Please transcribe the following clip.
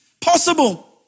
possible